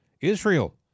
Israel